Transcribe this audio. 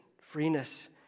freeness